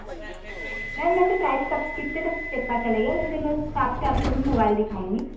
ma'am वैसे price का कितने तक चक्का चलेगा वैसे मैं उस हिसाब से आपको मैं मोबाइल दिखाऊँगी